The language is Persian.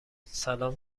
سلام